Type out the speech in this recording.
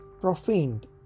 profaned